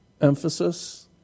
emphasis